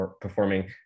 performing